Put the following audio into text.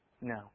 No